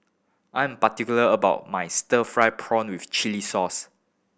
I'm particular about my stir fried prawn with chili sauce